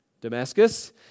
Damascus